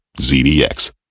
ZDX